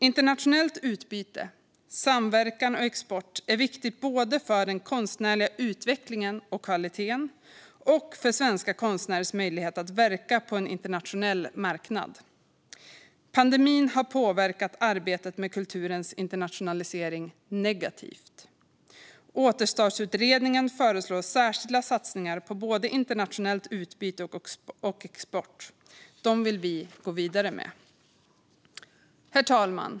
Internationellt utbyte, samverkan och export är viktigt både för den konstnärliga utvecklingen och kvaliteten och för svenska konstnärers möjligheter att verka på en internationell marknad. Pandemin har påverkat arbetet med kulturens internationalisering negativt. Återstartsutredningen föreslår särskilda satsningar på både internationellt utbyte och export. Dem vill vi gå vidare med. Herr talman!